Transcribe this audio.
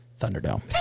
Thunderdome